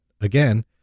again